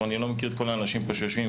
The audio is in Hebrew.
אני לא מכיר את כל האנשים שיושבים פה.